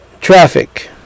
traffic